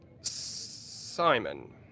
Simon